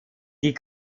die